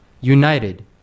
United